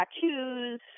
tattoos